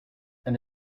and